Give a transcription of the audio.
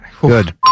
Good